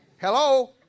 hello